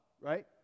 right